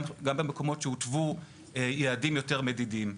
גם במקומות שהותוו יעדים יותר מדידים.